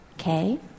okay